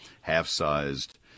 half-sized